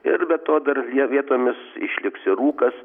ir be to dar vietomis išliks ir rūkas